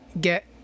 get